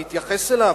להתייחס אליו?